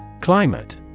Climate